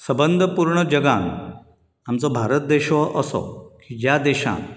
सबंद पुर्ण जगांत आमचो भारत देश हो असो की ज्या देशान